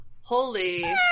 Holy